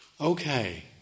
Okay